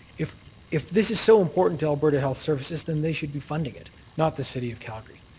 if if this is so important to alberta health services, then they should be funding it, not the city of calgary.